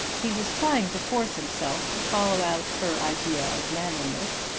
he was trying to force himself to follow out her idea of manliness,